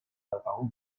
daukagu